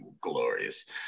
glorious